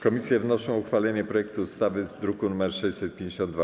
Komisje wnoszą o uchwalenie projektu ustawy z druku nr 652.